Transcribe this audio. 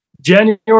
January